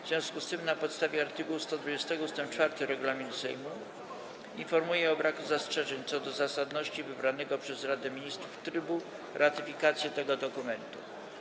W związku z tym, na podstawie art. 120 ust. 4 regulaminu Sejmu, informuję o braku zastrzeżeń co do zasadności wybranego przez Radę Ministrów trybu ratyfikacji tego dokumentu.